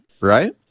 right